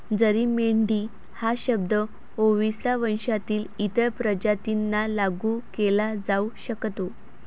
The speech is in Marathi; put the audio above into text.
जरी मेंढी हा शब्द ओविसा वंशातील इतर प्रजातींना लागू केला जाऊ शकतो